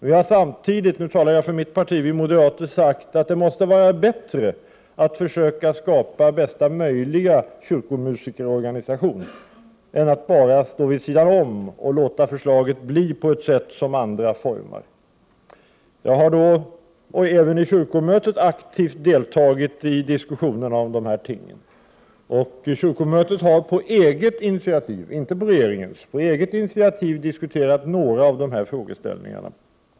Vi moderater har samtidigt sagt att det måste vara bättre att försöka skapa bästa möjliga kyrkomusikerorganisation än att bara stå vid sidan om och låta förslaget bli som andra formar det. Jag har deltagit i diskussioner om dessa ting i olika sammanhang, även i kyrkomötet. Kyrkomötet har på eget initiativ, inte på regeringens, diskuterat några av dessa frågeställningar.